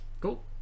cool